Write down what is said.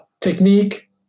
technique